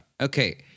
Okay